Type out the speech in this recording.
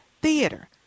theater